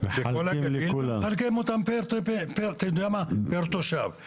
ומחלקים אותם פר תושב.